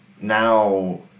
now